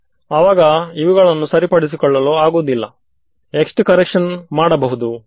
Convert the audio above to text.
ವಿದ್ಯಾರ್ಥಿಮ್ಯಾಕ್ಸ್ ವೆಲ್ಸ್ ನನಗೆ ಅದರ ಬಗ್ಗೆ ತಿಳಿದಿಲ್ಲ ಆದರೆ ಅದನ್ನು ಲೆಕ್ಕಾಚಾರ ಮಾಡಬಹುದೇ